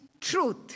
truth